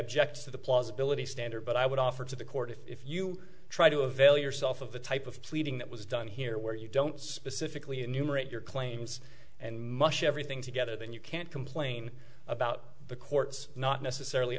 object to the plausibility standard but i would offer to the court if you try to avail yourself of the type of pleading that was done here where you don't specifically enumerate your claims and mush everything together then you can't complain about the court's not necessarily